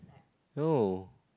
no